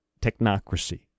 technocracy